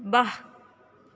ਵਾਹ